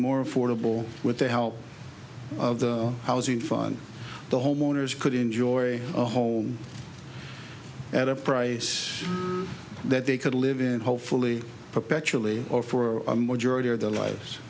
more affordable with the help of the housing fund the homeowners could enjoy a home at a price that they could live in and hopefully perpetually or for a majority of their lives